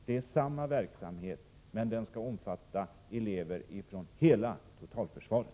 Det är samma verksamhet, men den skall omfatta elever från hela totalförsvaret.